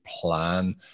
plan